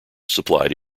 supplied